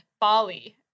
Bali